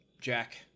jack